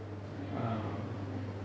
ah